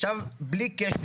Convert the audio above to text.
עכשיו בלי קשר,